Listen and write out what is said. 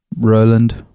Roland